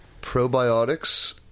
Probiotics